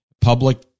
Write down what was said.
public